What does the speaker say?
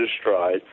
stride